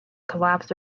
collapsed